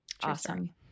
Awesome